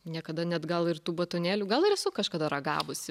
niekada net gal ir tų batonėlių gal ir esu kažkada ragavusi